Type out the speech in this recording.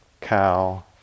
cow